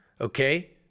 Okay